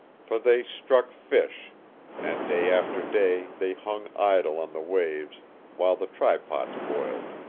for they struck fish and day after day they hung idle on the waves while the trypots boiled